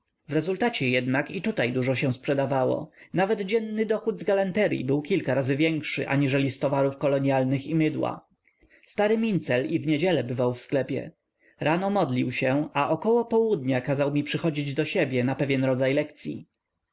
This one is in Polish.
w rezultacie jednak i tutaj dużo się sprzedawało nawet dzienny dochód z galanteryi był kilka razy większy aniżeli z towarów kolonialnych i mydła stary mincel i w niedzielę bywał w sklepie rano modlił się a około południa kazał mi przychodzić do siebie na pewien rodzaj lekcyi